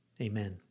Amen